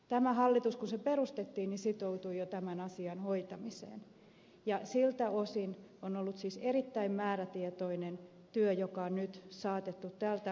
tämä hallitus kun se perustettiin sitoutui jo tämän asian hoitamiseen ja siltä osin on ollut siis erittäin määrätietoinen työ joka on nyt saatettu tältä osin loppuun